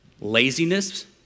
laziness